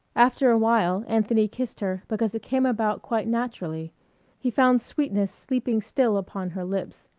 after a while anthony kissed her because it came about quite naturally he found sweetness sleeping still upon her lips,